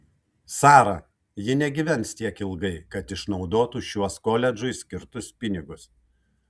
sara ji negyvens tiek ilgai kad išnaudotų šiuos koledžui skirtus pinigus